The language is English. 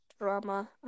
drama